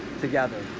together